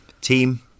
team